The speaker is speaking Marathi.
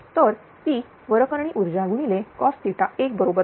तर P वरकरणी ऊर्जा गुणिले cos1 बरोबर होता